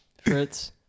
Fritz